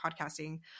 podcasting